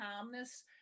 calmness